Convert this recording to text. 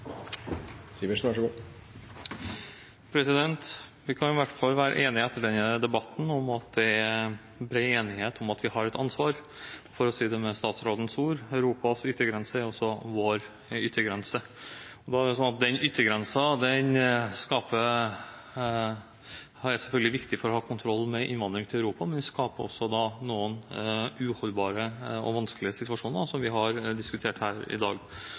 et ansvar. For å si det med statsrådens ord: Europas yttergrense er også vår yttergrense. Denne yttergrensen er selvfølgelig viktig for å ha kontroll med innvandringen til Europa, men den skaper også noen uholdbare og vanskelige situasjoner som vi har diskutert her i dag.